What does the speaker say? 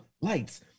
lights